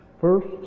First